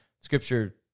scripture